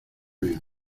bien